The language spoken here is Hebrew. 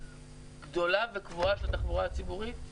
גדולה וקבועה של התחבורה הציבורית.